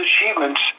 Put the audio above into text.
achievements